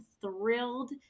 thrilled